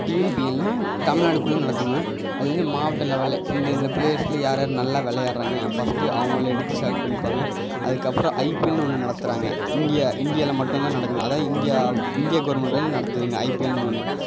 டிஎன்பிஎல்னால் தமிழ்நாடுக்குள்ளே நடத்துங்க அது வந்து மாவட்ட லெவலில் இந்தெந்த பிளேஸில் யார் யார் நல்லா விளையாட்றாங்க ஃபஸ்ட்டு அவங்களை எடுத்து செலெக்ட் பண்ணிப்பாங்க அதுக்கப்புறம் ஐபிஎல்னு ஒன்று நடத்தறாங்க இந்தியா இந்தியாவில் மட்டும் தான் நடக்கும்ங்க அதாவது இந்தியா இந்தியா கவர்மெண்ட் வந்து நடத்துதுங்க ஐபிஎல்னு ஒன்று